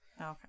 Okay